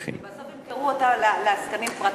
בסוף ימכרו אותה לעסקנים פרטיים.